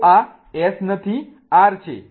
તો આ S નથી R છે